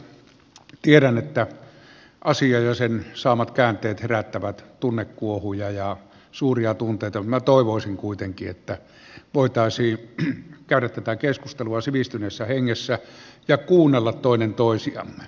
tiedän että asia ja sen saamat käänteet herättävät tunnekuohuja ja suuria tunteita mutta minä toivoisin kuitenkin että voitaisiin käydä tätä keskustelua sivistyneessä hengessä ja kuunnella toinen toisiaan